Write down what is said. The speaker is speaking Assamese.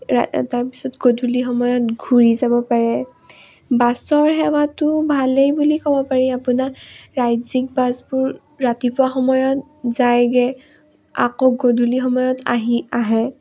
তাৰপিছত গধূলি সময়ত ঘূৰি যাব পাৰে বাছৰ সেৱাটো ভালেই বুলি ক'ব পাৰি আপোনাৰ ৰাজ্যিক বাছবোৰ ৰাতিপুৱা সময়ত যায়গৈ আকৌ গধূলি সময়ত আহি আহে